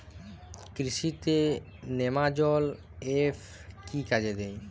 কৃষি তে নেমাজল এফ কি কাজে দেয়?